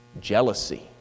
jealousy